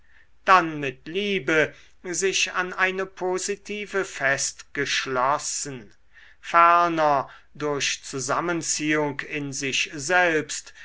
dann mit liebe sich an eine positive festgeschlossen ferner durch zusammenziehung in sich selbst